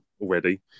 already